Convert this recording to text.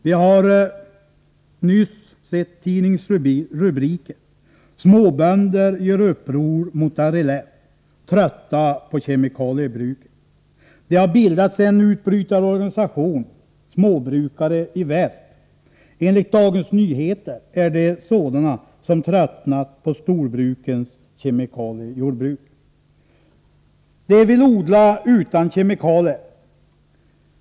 Vi har nyss sett tidningsrubriker som ”Småbönder gör uppror mot LRF, Trötta på kemikaliebruket”. Det har bildats en utbrytarorganisation, ”Småbrukare i väst”, och enligt Dagens Nyheter är det sådana som tröttnat på storbrukens kemikaliejordbruk. De vill odla utan kemikalier.